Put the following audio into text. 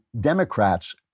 Democrats